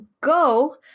Go